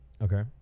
okay